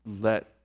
let